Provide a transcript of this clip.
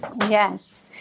Yes